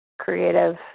creative